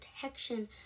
protection